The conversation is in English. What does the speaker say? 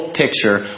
picture